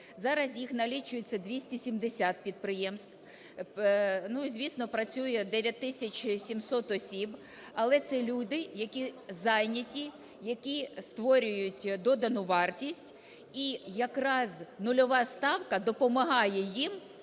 Зараз їх налічується 270 підприємств, звісно, працює 9 тисяч 700 осіб. Але це люди, які зайняті, які створюють додану вартість, і якраз нульова ставка допомагає їм,